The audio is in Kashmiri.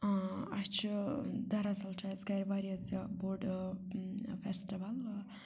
اَسہِ چھُ دَراصل چھُ اَسہِ گَرِ واریاہ زیادٕ بوٚڈ فیسٹِول